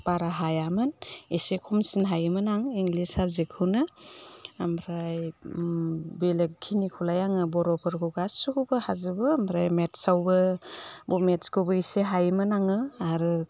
बारा हायामोन एसे खमसिन हायोमोन आं इंलिस साबजेक्टखौनो ओमफ्राय बेलेकखिनिखौलाय आङो बर'फोरखौ गासैखौबो हाजोबो ओमफ्राय मेथ्सआवबो मेथ्सखौबो एसे हायोमोन आङो आरो